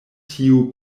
tiu